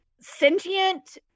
sentient